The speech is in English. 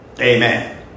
amen